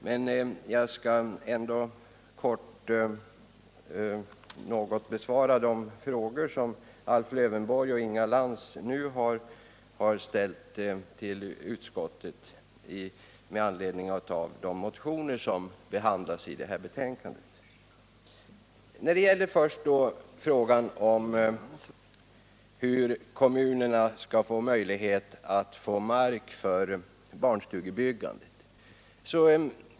Men jag skall ändå kortfattat besvara de frågor som Alf Lövenborg och Inga Lantz nu har ställt till utskottet med anledning av de motioner som behandlas i betänkandet. Jag skall börja med frågan om hur kommunerna skall få mark för barnstugebyggande.